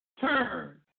turn